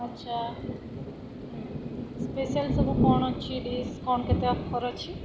ଆଚ୍ଛା ହୁଁ ସ୍ପେସିଆଲ୍ ସବୁ କଣ ଅଛି ଡିସ୍ କ'ଣ କେତେ ଅଫର୍ ଅଛି